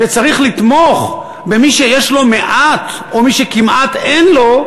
שצריך לתמוך במי שיש לו מעט או מי שכמעט אין לו,